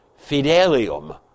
fidelium